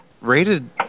rated